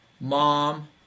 mom